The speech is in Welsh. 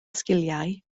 sgiliau